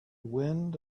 wind